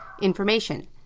information